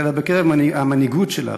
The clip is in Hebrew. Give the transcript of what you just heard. אלא בקרב המנהיגות שלה,